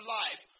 life